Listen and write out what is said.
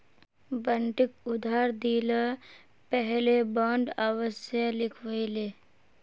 बंटिक उधार दि ल पहले बॉन्ड अवश्य लिखवइ ले